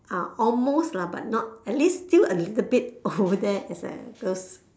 ah almost lah but not at least still a little bit over there as uh cause